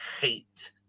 hate